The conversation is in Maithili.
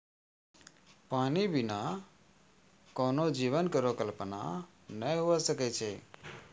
पानी बिना कोनो जीवन केरो कल्पना नै हुए सकै छै?